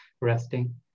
resting